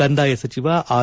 ಕಂದಾಯ ಸಚಿವ ಆರ್